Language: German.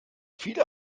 viele